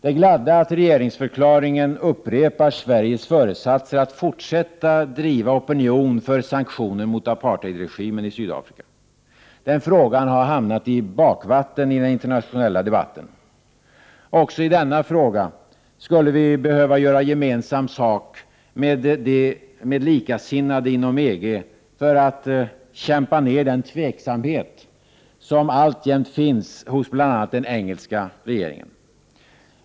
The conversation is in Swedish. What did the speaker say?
Det gladde att regeringsförklaringen upprepar Sveriges föresatser att fortsätta driva opinion för sanktioner mot apartheidregimen i Sydafrika. Den frågan har hamnat i bakvatten i den internationella debatten. Också i denna fråga skulle vi behöva göra gemensam sak med likasinnade inom EG för att kämpa ner den tveksamhet som alltjämt finns hos bl.a. den engelska regeringen.